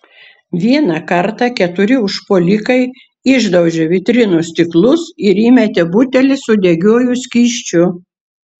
vieną kartą keturi užpuolikai išdaužė vitrinų stiklus ir įmetė butelį su degiuoju skysčiu